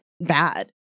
bad